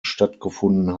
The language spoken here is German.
stattgefunden